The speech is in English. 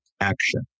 action